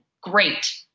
great